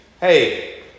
hey